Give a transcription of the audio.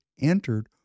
entered